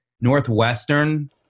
Northwestern